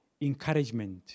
encouragement